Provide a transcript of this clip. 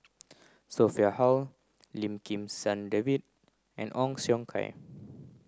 Sophia Hull Lim Kim San David and Ong Siong Kai